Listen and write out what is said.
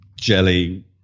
jelly